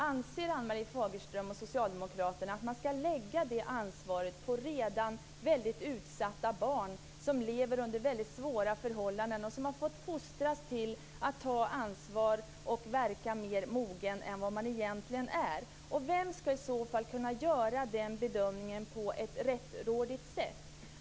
Anser Ann Marie Fagerström och socialdemokraterna att man ska lägga det ansvaret på redan väldigt utsatta barn som lever under väldigt svåra förhållanden och som har fått fostras till att ta ansvar och verka mer mogna än vad de egentligen är? Vem ska i så fall kunna göra den bedömningen på ett rättrådigt sätt?